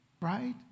right